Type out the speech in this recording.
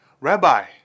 Rabbi